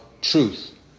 truth